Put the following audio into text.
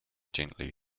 gently